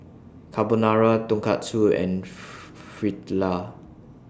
Carbonara Tonkatsu and Fritada